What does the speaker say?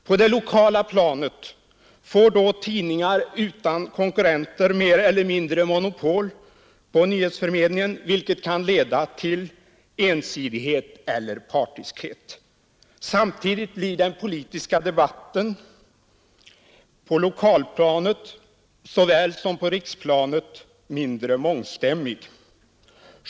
På det lokala planet får då tidningar utan konkurrenter mer eller mindre monopol på nyhetsförmedlingen, vilket kan leda till ensidighet eller partiskhet. Samtidigt blir den politiska debatten, på lokalplanet såväl som på riksplanet, mindre mångstämmig.